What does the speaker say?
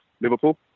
Liverpool